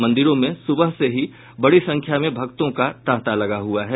मंदिरों में सुबह से ही बड़ी संख्या में भक्तों का तांता लगा हुआ है